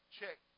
check